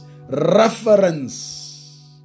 reference